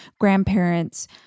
grandparents